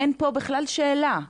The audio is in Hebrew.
אין פה בכלל שאלה?